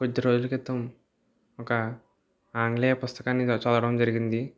కొద్ది రోజుల క్రితం ఒక ఆంగ్లేయ పుస్తకాన్ని చదవడం జరిగింది